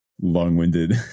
long-winded